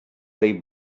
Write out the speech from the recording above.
they